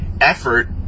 effort